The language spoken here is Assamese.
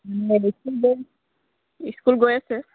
স্কুল গৈ স্কুল গৈ আছে